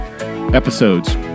episodes